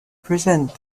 present